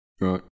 Right